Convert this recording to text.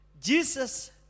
Jesus